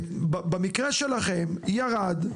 במקרה שלכם ירד,